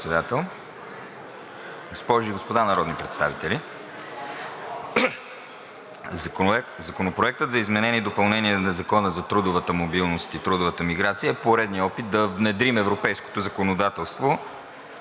Госпожи и господа народни представители, Законопроектът за изменение и допълнение на Закона за трудовата мобилност и трудовата миграция е поредният опит да внедрим европейското законодателство